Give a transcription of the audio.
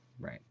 Right